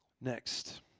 Next